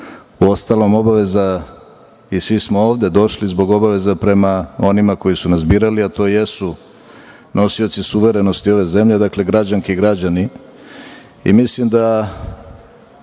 Uostalom, svi smo ovde došli zbog obaveze prema onima koji su nas birali, a to jesu nosioci suverenosti ove zemlje, dakle, građanke i građani,